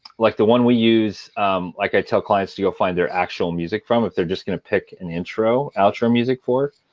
like the one we use like i tell clients to go find their actual music from if they're just going to pick an intro-outro music for,